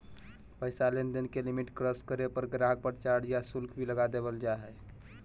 पैसा लेनदेन के लिमिट क्रास करे पर गाहक़ पर चार्ज या शुल्क भी लगा देवल जा हय